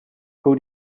who